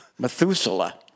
Methuselah